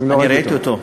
ראיתי אותו.